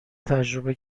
تجربه